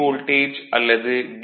voltage அல்லது D